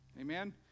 Amen